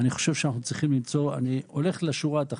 אני הולך לשורה התחתונה,